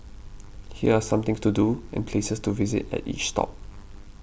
here are some things to do and places to visit at each stop